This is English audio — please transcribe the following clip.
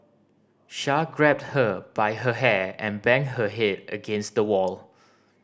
Char grabbed her by her hair and banged her head against the wall